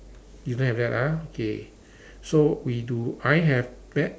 you don't have that ah okay so we do I have bet